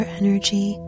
energy